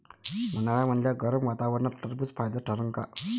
उन्हाळ्यामदल्या गरम वातावरनात टरबुज फायद्याचं ठरन का?